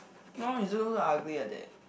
no he still look ugly like that